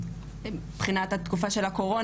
מבחינת התקופה של הקורונה,